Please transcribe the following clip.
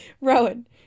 Rowan